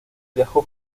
viajó